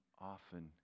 often